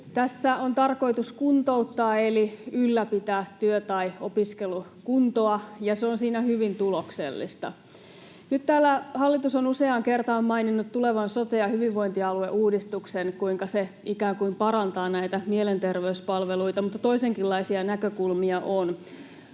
Siinä on tarkoitus kuntouttaa eli ylläpitää työ- tai opiskelukuntoa, ja se on siinä hyvin tuloksellista. Nyt täällä hallitus on useaan kertaan maininnut tulevan sote- ja hyvinvointialueuudistuksen, kuinka se ikään kuin parantaa näitä mielenterveyspalveluita, mutta toisenkinlaisia näkökulmia on.